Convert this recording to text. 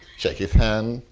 shake his hand,